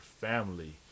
family